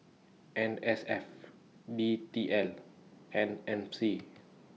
N S F D T L and M C